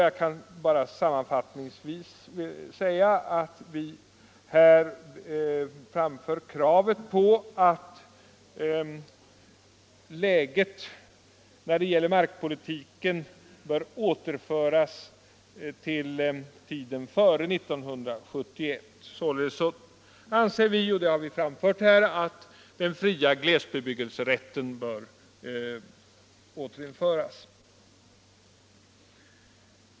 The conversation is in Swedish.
Jag kan sammanfattningsvis säga att här framförs krav på att läget när det gäller markpolitiken bör återföras till tiden före 1971. Således anser vi att den fria glesbebyggelserätten bör återinföras.